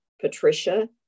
Patricia